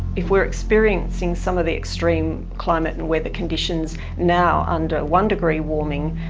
if we're experiencing some of the extreme climate and weather conditions now, under one-degree warming,